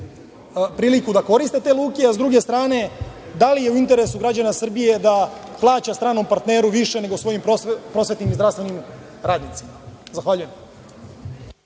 priliku da koriste te luke, a s druge stane, da li je u interesu građana Srbije da plaća stranom partneru više nego svojim prosvetnim i zdravstvenim radnicima? Zahvaljujem.